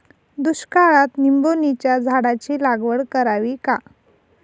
दुष्काळात निंबोणीच्या झाडाची लागवड करावी का?